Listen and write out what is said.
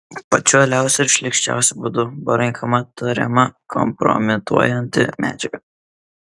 pačiu uoliausiu ir šlykščiausiu būdu buvo renkama tariama kompromituojanti medžiaga